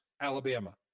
alabama